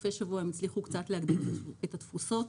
בסופי שבוע הם הצליחו קצת להגדיל את התפוסות.